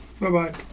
Bye-bye